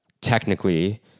Technically